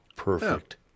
Perfect